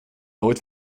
nooit